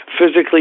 physically